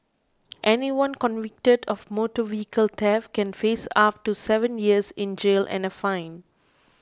anyone convicted of motor vehicle theft can face up to seven years in jail and a fine